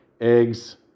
eggs